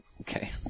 Okay